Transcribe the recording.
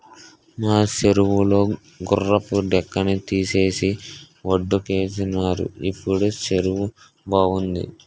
మా సెరువు లో గుర్రపు డెక్కని తీసేసి వొడ్డుకేసినారు ఇప్పుడు సెరువు బావుంది